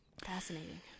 fascinating